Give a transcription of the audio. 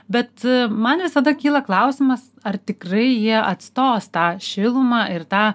bet man visada kyla klausimas ar tikrai jie atstos tą šilumą ir tą